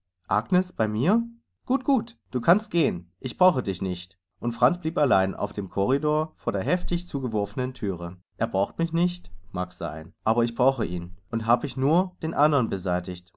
agnes bei mir gut gut du kannst gehen ich brauche dich nicht und franz blieb allein auf dem corridor vor der heftig zugeworfenen thüre er braucht mich nicht mag sein aber ich brauche ihn und hab ich nur den andern beseitiget